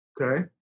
Okay